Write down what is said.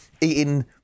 eating